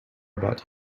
about